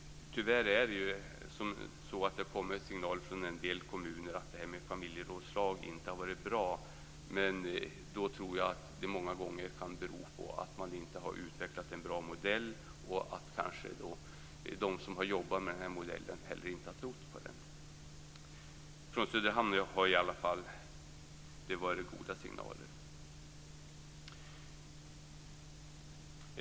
Tyvärr har det kommit signaler från en del kommuner om att det här med familjerådslag inte har varit bra. Men då tror jag att det många gånger kan bero på att man inte har utvecklat en bra modell. Kanske har de som har jobbat med modellen inte heller trott på den. Från Söderhamn har det i alla fall kommit goda signaler.